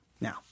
Now